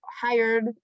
hired